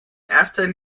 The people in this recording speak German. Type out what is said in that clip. erster